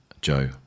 Joe